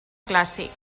clàssic